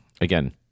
again